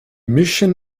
mission